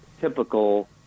typical